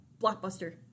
Blockbuster